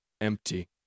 empty